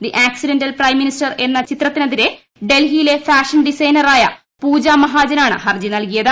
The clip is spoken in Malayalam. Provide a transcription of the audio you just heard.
ദി ആക്സിഡന്റൽ പ്രൈംമിനിസ്റ്റർ എന്ന് ചിത്രത്തിന് എതിരെ ഡൽഹിയിലെ ഫാഷൻ ഡിസൈനറായ പൂജാ മഹാജനാണ് ഹർജി നൽകിയത്